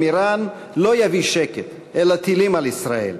איראן לא יביא שקט אלא טילים על ישראל.